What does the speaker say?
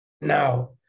now